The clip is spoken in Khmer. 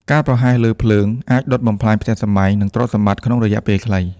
ការប្រហែសលើភ្លើង អាចដុតបំផ្លាញផ្ទះសម្បែង និងទ្រព្យសម្បត្តិក្នុងរយៈពេលខ្លី។